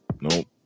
Nope